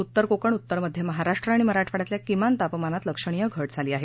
उत्तर कोकण उत्तर मध्य महाराष्ट्र आणि मराठवाड्यातल्या किमान तापमानात लक्षणीय घट झाली आहे